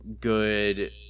good